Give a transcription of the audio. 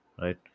right